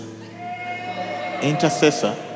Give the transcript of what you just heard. Intercessor